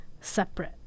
separate